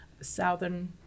southern